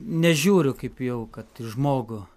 nežiūriu kaip į jau kad į žmogų